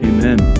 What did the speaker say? Amen